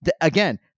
Again